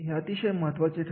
जास्त महत्त्व तयार होते